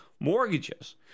mortgages